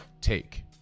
take